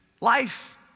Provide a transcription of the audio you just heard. life